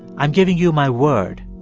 i'm giving you my word,